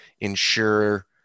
ensure